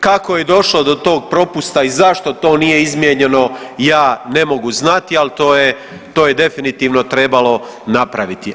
Kako je došlo do tog propusta i zašto to nije izmijenjeno, ja ne mogu znati, ali to je definitivno trebalo napraviti.